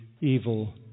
evil